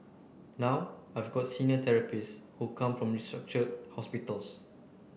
now I've got senior therapists who come from restructured hospitals